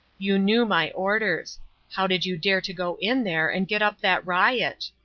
you knew my orders how did you dare to go in there and get up that riot?